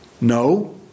No